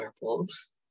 werewolves